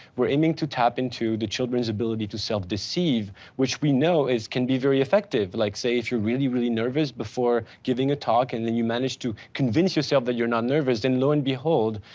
we're aiming to tap into the children's ability to self deceive, which we know can be very effective, like say, if you're really, really nervous before giving a talk, and then you managed to convince yourself that you're not nervous, then lo and behold,